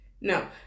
No